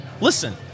Listen